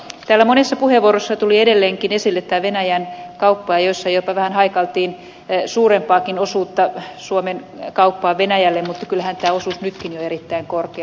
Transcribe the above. täällä monessa puheenvuorossa tuli edelleenkin esille tämä venäjän kauppa ja joissain jopa vähän haikailtiin suurempaakin osuutta suomen kauppaan venäjälle mutta kyllähän tämä osuus on nytkin jo erittäin korkea